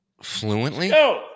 fluently